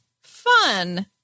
fun